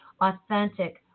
authentic